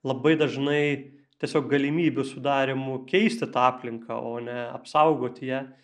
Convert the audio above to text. labai dažnai tiesiog galimybių sudarymu keisti tą aplinką o ne apsaugoti ją